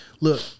Look